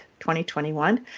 2021